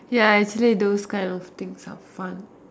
ya actually those kind of things are fun